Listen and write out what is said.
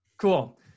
Cool